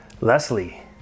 Leslie